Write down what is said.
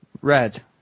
Red